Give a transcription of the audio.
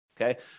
Okay